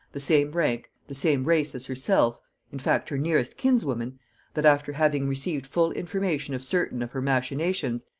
the same rank, the same race as herself in fact her nearest kinswoman that after having received full information of certain of her machinations,